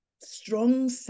strong